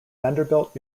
vanderbilt